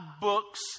books